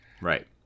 Right